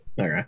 Okay